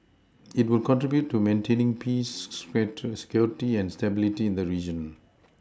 it will contribute to maintaining peace security and stability in the region